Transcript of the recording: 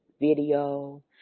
video